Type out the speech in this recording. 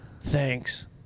thanks